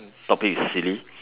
topic is silly